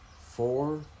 four